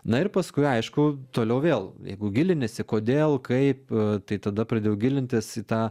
na ir paskui aišku toliau vėl jeigu giliniesi kodėl kaip tai tada pradėjau gilintis į tą